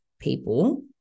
people